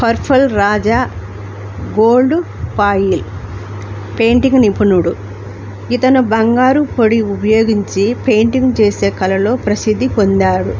కర్ఫల్ రాజా gold foil painting నిపుణుడు ఇతను బంగారు పొడి ఉపయోగించి పెయింటింగ్ చేసే కళలో ప్రసిద్ధి పొందారు